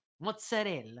Mozzarella